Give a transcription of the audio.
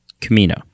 camino